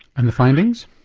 and the findings?